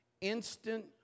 Instant